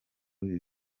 bibiri